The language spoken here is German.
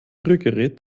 rührgerät